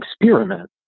experiment